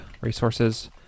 resources